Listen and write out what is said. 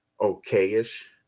okay-ish